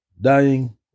dying